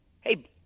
hey